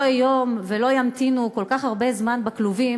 היום ולא ימתינו כל כך הרבה זמן בכלובים,